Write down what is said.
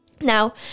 Now